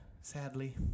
Sadly